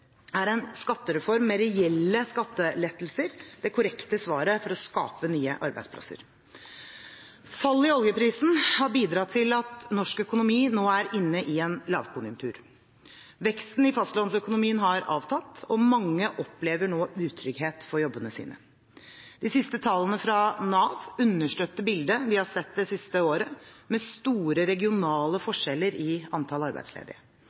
er en skattereform med reelle skattelettelser det korrekte svaret for å skape nye arbeidsplasser. Fallet i oljeprisen har bidratt til at norsk økonomi nå er inne i en lavkonjunktur. Veksten i fastlandsøkonomien har avtatt, og mange opplever nå utrygghet for jobbene sine. De siste tallene fra Nav understøtter bildet vi har sett det siste året, med store regionale forskjeller i antall arbeidsledige.